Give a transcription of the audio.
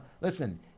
listen